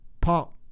Pop